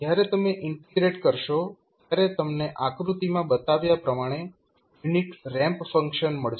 જ્યારે તમે ઇન્ટિગ્રેટ કરશો ત્યારે તમને આકૃતિમાં બતાવ્યા પ્રમાણે યુનિટ રેમ્પ ફંક્શન મળશે